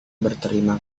berterima